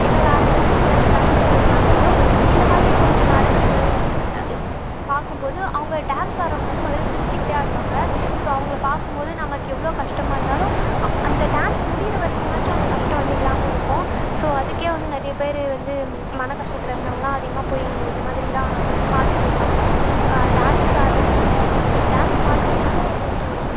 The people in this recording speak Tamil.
இல்லை வேறு ஏதாச்சும் ஏதாச்சும் பிரச்சனைகளில் இருந்தாங்கனாலோ இந்த மாதிரி கொஞ்சம் நடனங்கள் பார்க்கும்போது அவங்க டான்ஸ் ஆடுறவங்க வந்து முதல்ல சிரிச்சிகிட்டு ஆடுவாங்க ஸோ அவங்களை பார்க்கும்போது நமக்கு எவ்வளோ கஷ்டமாக இருந்தாலும் அந்த டான்ஸ் முடியிற வரைக்கும் மாச்சும் அந்த கஷ்டம் வந்து இல்லாமல் இருக்கும் ஸோ அதுக்கே வந்து நிறைய பேர் வந்து மன கஷ்டத்தில் இருந்தாங்கன்னா அதிகமாக போய் இந்த மாதிரி எல்லாம் பார்த்துட்டு வருவாங்க டான்ஸ் ஆடுறதுனால டான்ஸை பார்க்குறதுனால கொஞ்சம்